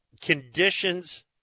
conditions